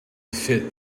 fit